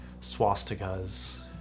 swastikas